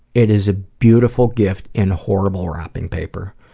it is a beautiful gift in horrible wrapping paper.